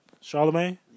Charlemagne